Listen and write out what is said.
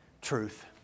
Truth